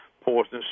poisonous